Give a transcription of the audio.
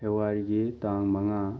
ꯐꯦꯕꯋꯥꯔꯤꯒꯤ ꯇꯥꯡ ꯃꯉꯥ